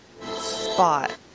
spot